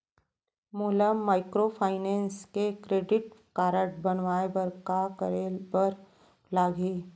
मोला माइक्रोफाइनेंस के credit card बनवाए बर का करे बर लागही?